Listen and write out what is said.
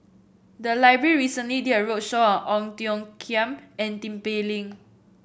the library recently did a roadshow on Ong Tiong Khiam and Tin Pei Ling